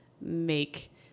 make